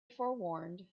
forewarned